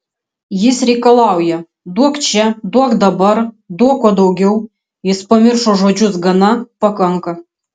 jis reikalauja duok čia duok dabar duok kuo daugiau jis pamiršo žodžius gana pakanka